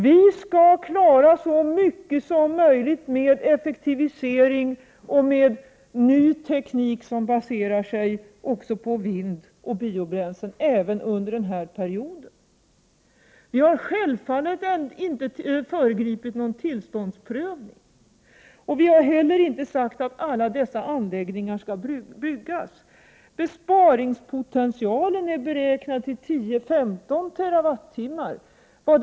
Vi skall klara så mycket som möjligt med effektivisering och med ny teknik som baserar sig också på vind och biobränslen även under den här perioden. Vi har självfallet inte föregripit någon tillståndsprövning. Vi har inte heller sagt att alla dessa anläggningar skall byggas. Besparingspotentialen är beräknad till 10-15 TWh.